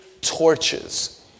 torches